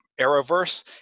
Arrowverse